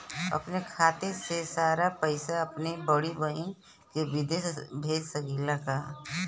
अपने खाते क सारा पैसा अपने बड़ी बहिन के विदेश भेज सकीला का?